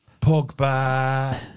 Pogba